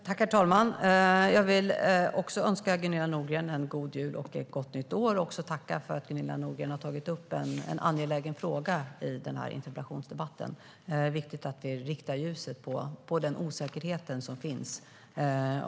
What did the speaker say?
Herr talman! Jag vill önska Gunilla Nordgren en god jul och ett gott nytt år. Jag vill också tacka för att Gunilla Nordgren har tagit upp en angelägen fråga i interpellationsdebatten. Det är viktigt att vi riktar ljuset på den osäkerhet som finns.